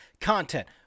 content